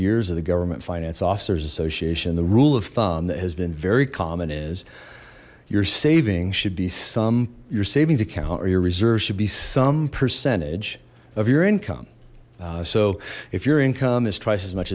years of the government finance officers association the rule of thumb that has been very common is you're saving should be some your savings account or your reserves should be some percentage of your income so if your income is twice as much